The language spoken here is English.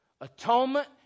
Atonement